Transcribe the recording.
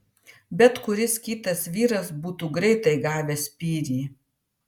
bet kuris kitas vyras būtų greitai gavęs spyrį